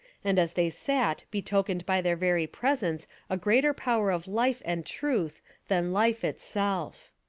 and as they sat betokened by their very presence a greater power of life and truth than life itself.